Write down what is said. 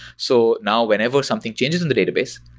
so now whenever something changes in the database,